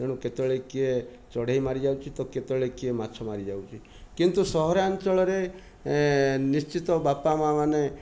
ତେଣୁ କେତେବେଳେ କିଏ ଚଢ଼େଇ ମାରି ଯାଉଛି ତ କେତେବେଳେ କିଏ ମାଛ ମାରି ଯାଉ ଅଛି କିନ୍ତୁ ସହରାଞ୍ଚଳରେ ନିଶ୍ଚିତ ବାପା ମା ମାନେ